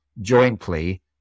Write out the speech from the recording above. jointly